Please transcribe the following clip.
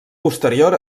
posterior